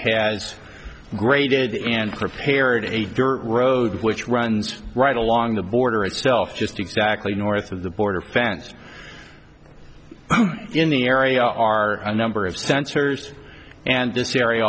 has graded and prepared a dirt road which runs right along the border itself just exactly north of the border fence in the area are a number of sensors and this area